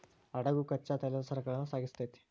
ಹಡಗು ಕಚ್ಚಾ ತೈಲದ ಸರಕುಗಳನ್ನ ಸಾಗಿಸ್ತೆತಿ